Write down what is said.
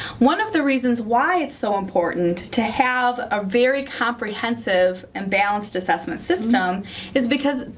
one of the reasons why it's so important to have a very comprehensive and balanced assessment system is because,